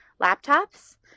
laptops